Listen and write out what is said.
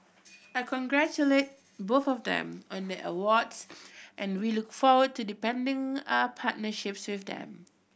I congratulate both of them on their awards and we look forward to deepening our partnerships with them